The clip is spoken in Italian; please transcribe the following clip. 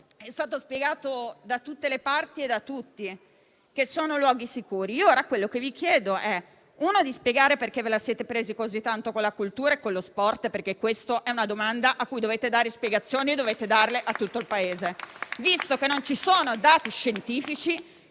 è stato spiegato da tutte le parti e da tutti che si tratta di luoghi sicuri. Vi chiedo dunque di spiegare perché ve la siete presa così tanto con la cultura e con lo sport: questa è una domanda cui dovete dare spiegazioni e dovete darle a tutto il Paese, visto che non ci sono dati scientifici